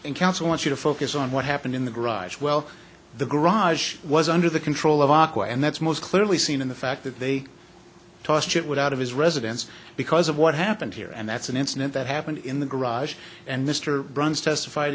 in council wants you to focus on what happened in the garage well the garage was under the control of aqua and that's most clearly seen in the fact that they tossed it would out of his residence because of what happened here and that's an incident that happened in the garage and mr brown's testified